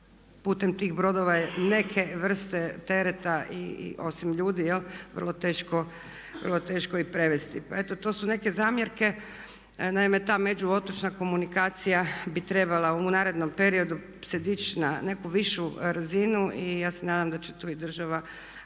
putem tih brodova je neke vrste tereta osim ljudi vrlo teško i prevesti. Pa eto to su neke zamjerke. Naime, ta međuotočna komunikacija bi trebala u narednom periodu se dići na neku višu razinu i ja se nadam da će tu i država,